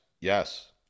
Yes